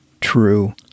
true